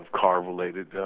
car-related